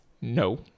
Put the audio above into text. No